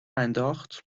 انداخت